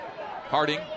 Harding